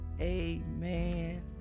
amen